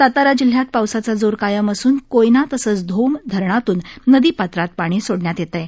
सातारा जिल्ह्यात पावसाचा जोर कायम असून कोयना तसंच धोम धरणातून नदीपात्रात पाणी सोडण्यात येत आहे